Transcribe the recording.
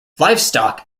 livestock